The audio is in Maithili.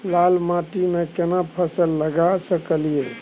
लाल माटी में केना फसल लगा सकलिए?